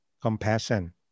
compassion